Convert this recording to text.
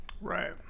Right